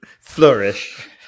flourish